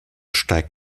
steigt